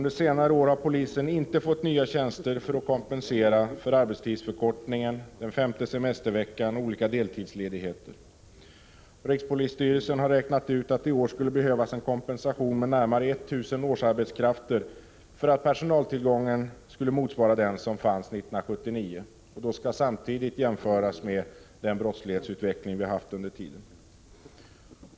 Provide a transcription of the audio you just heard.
Under senare år har polisen inte fått nya tjänster för att kompensera för arbetstidsförkortningen, den femte semesterveckan och olika deltidsledigheter. Rikspolisstyrelsen har räknat ut att det i år skulle Prot. 1985/86:113 behövas en kompensation med närmare 1000 årsarbetskrafter för att 10 april 1986 personaltillgången skulle motsvara den som fanns 1979. Detta skall samtidigt ses mot bakgrund av den brottslighetsutveckling som ägt rum under tiden.